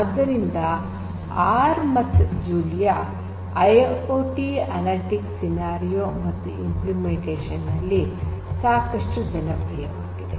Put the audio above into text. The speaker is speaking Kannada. ಆದ್ದರಿಂದ ಆರ್ ಮತ್ತು ಜೂಲಿಯಾ ಐಐಓಟಿ ಅನಲಿಟಿಕ್ಸ್ ಸನ್ನಿವೇಶದಲ್ಲಿ ಮತ್ತು ಅನುಷ್ಠಾನದಲ್ಲಿ ಸಾಕಷ್ಟು ಜನಪ್ರಿಯವಾಗಿದೆ